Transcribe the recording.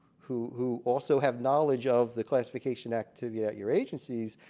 who who also have knowledge of the classification activity at your agencies,